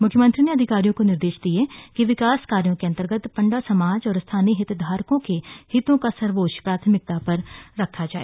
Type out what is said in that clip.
मुख्यमंत्री ने अधिकारियों को निर्देश दिये कि विकास कार्यों के अन्तर्गत पंडा समाज और स्थानीय हितधारकों के हितों को सर्वोच्च प्राथमिकता पर रखा जाय